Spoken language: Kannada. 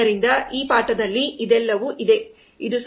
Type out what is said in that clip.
ಆದ್ದರಿಂದ ಈ ಪಾಠದಲ್ಲಿ ಇದೆಲ್ಲವೂ ಇದೆ